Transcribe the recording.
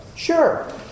Sure